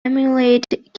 emulate